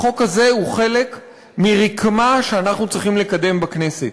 החוק הזה הוא חלק מרקמה שאנחנו צריכים לקדם בכנסת,